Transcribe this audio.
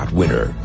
winner